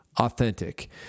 authentic